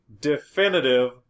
definitive